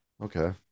Okay